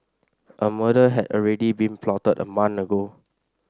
a murder had already been plotted a month ago